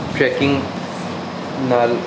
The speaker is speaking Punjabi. ਟਰੈਕਿੰਗ ਨਾਲ